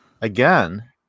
again